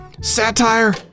satire